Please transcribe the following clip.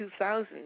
2000